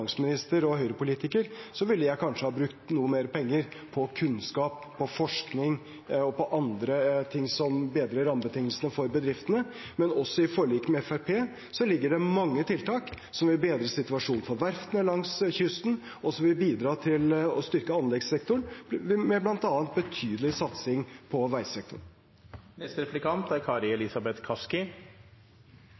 og høyrepolitiker ville jeg kanskje ha brukt noe mer penger på kunnskap, på forskning og på andre ting som bedrer rammebetingelsene for bedriftene, men også i forliket med Fremskrittspartiet ligger det mange tiltak som vil bedre situasjonen for verftene langs kysten, og som vil bidra til å styrke anleggssektoren, bl.a. med betydelig satsing på